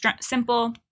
simple